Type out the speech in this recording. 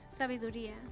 sabiduría